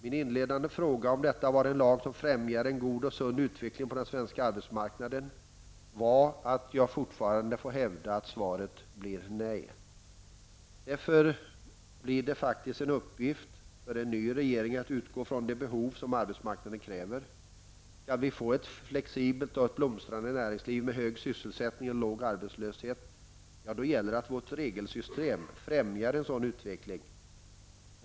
Min inledande fråga var om detta var en lag som främjar en god och sund utveckling på den svenska arbetsmarknaden. Mitt svar blir nej. Därför blir det faktiskt en uppgift för en ny regering att utgå från de behov som arbetsmarknaden kräver. Skall vi få ett flexibelt och blomstrande näringsliv med hög sysselsättning och låg arbetslöshet, måste vårt regelsystem främja en sådan utveckling.